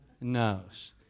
knows